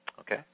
Okay